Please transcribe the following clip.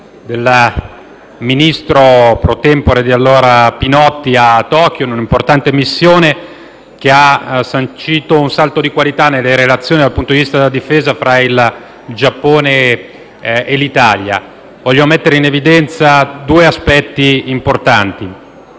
del ministro *pro tempore* Pinotti a Tokyo, in un'importante missione che ha sancito un salto di qualità nelle relazioni, dal punto di vista della difesa, tra il Giappone e l'Italia. Voglio mettere in evidenza due aspetti importanti: